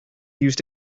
used